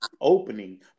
opening